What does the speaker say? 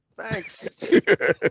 thanks